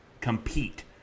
compete